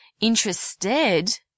interested